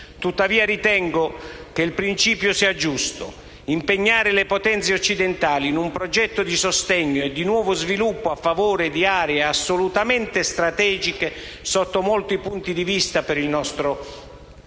Tuttavia, ritengo che il principio sia giusto: impegnare le potenze occidentali in un progetto di sostegno e di nuovo sviluppo a favore di aree assolutamente strategiche sotto molti punti di vista per il mondo intero.